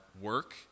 work